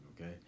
okay